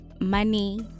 money